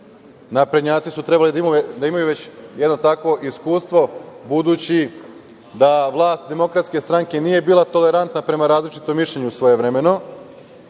Naprednjaci su trebali da imaju već jedno takvo iskustvo, budući da vlast DS nije bila tolerantna prema različitom mišljenju svojevremeno